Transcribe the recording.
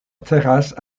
terrasse